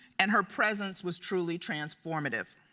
and her presence was truly transformative.